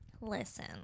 Listen